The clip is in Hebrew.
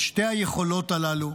את שתי היכולות הללו.